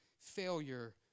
failure